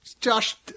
Josh